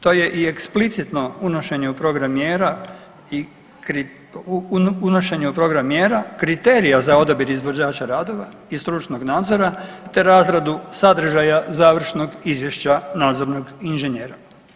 To je i eksplicitno unošenje u program mjera i .../nerazumljivo/... unošenje u program mjera kriterija za odabir izvođača radova i stručnog nadzora, te razradu sadržaja završnog izvješća nadzornog inženjera.